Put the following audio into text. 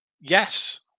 Yes